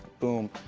boom!